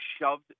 shoved